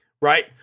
right